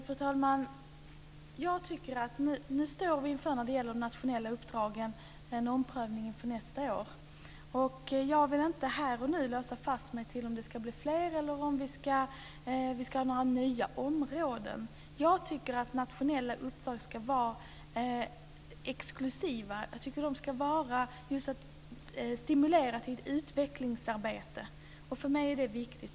Fru talman! När det gäller de nationella uppdragen står vi inför en omprövning inför nästa år. Jag vill inte här och nu låsa fast mig vid att det ska bli fler eller att vi ska ha några nya områden. Jag tycker att nationella uppdrag ska vara exklusiva. Jag tycker att de ska stimulera till ett utvecklingsarbete. För mig är det viktigt.